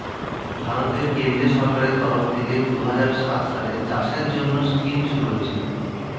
ভারতের কেন্দ্রীয় সরকারের তরফ থেকে দুহাজার সাত সালে চাষের জন্যে স্কিম শুরু হয়েছিল